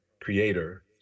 creator